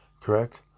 Correct